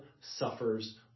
suffers